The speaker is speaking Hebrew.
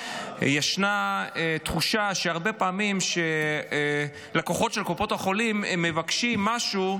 ישנה תחושה שהרבה פעמים כשלקוחות של קופות החולים מבקשים משהו,